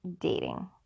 Dating